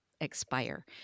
expire